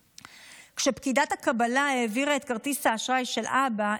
כשפקידת הקבלה העבירה את כרטיס האשראי של אבא,